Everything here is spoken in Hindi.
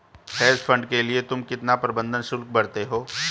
हेज फंड के लिए तुम कितना प्रबंधन शुल्क भरते हो?